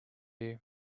you